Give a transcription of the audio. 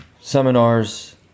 seminars